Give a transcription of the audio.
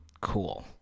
cool